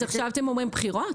אז עכשיו אתם אומרים בחירות?